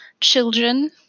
Children